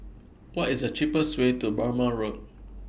What IS The cheapest Way to Burmah Road